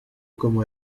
como